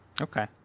Okay